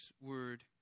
Word